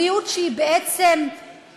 על גבריות שהיא בעצם מוחצנת,